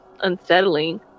unsettling